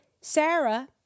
sarah